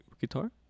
guitar